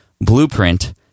blueprint